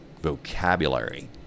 vocabulary